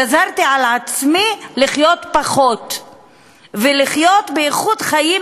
גזרתי על עצמי לחיות פחות ולחיות באיכות חיים